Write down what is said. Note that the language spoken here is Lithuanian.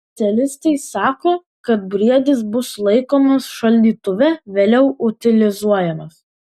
specialistai sako kad briedis bus laikomas šaldytuve vėliau utilizuojamas